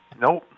Nope